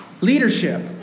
leadership